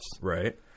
Right